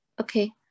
Okay